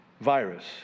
virus